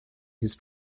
his